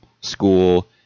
school